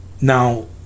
Now